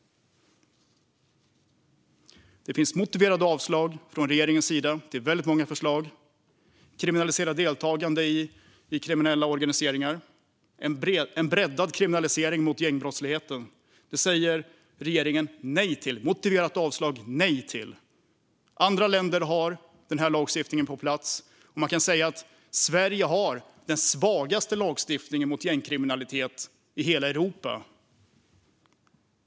Det finns motiverade avslag från regeringens sida. Det finns många förslag, till exempel att kriminalisera deltagande i kriminella organisationer och en breddad definition av den kriminella gängbrottsligheten. Detta säger regeringen nej till med ett motiverat avslag. Andra länder har den här lagstiftningen på plats. Man kan säga att Sverige har den svagaste lagstiftningen mot gängkriminalitet i hela Europa.